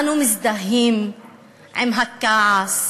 אנו מזדהים עם הכעס,